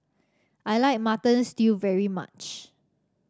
I like Mutton Stew very much